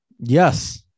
Yes